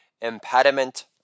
impediment